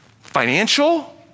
financial